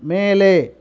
மேலே